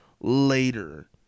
later